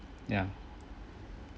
ya